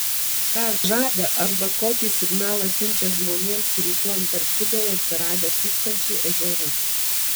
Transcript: ką žada arba kokį signalą siunčia žmonėms rytų antarktidoje atsiradę tūkstančiai ežerų